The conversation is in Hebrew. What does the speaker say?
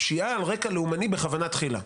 פשיעה על רקע לאומני בכוונה תחילה,